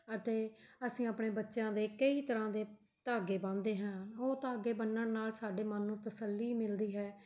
ਅਤੇ ਅਸੀਂ ਆਪਣੇ ਬੱਚਿਆਂ ਦੇ ਕਈ ਤਰ੍ਹਾਂ ਦੇ ਧਾਗੇ ਬੰਨਦੇ ਹਾਂ ਉਹ ਤਾਂ ਅੱਗੇ ਬੰਨਣ ਨਾਲ਼ ਸਾਡੇ ਮਨ ਨੂੰ ਤਸੱਲੀ ਮਿਲਦੀ ਹੈ